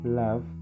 love